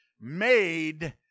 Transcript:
made